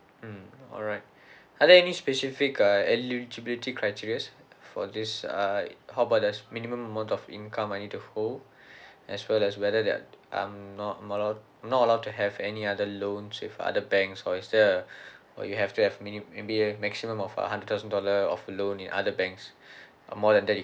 mm alright are there any specific uh eligibility criterias for this like uh how about there's minimum amount of income I need to hold as well as whether they are I'm not allow not allowed to have any other loans with other banks or is there a or you have to have mini be a maximum of a hundreds thousand dollar of loan in other banks more than that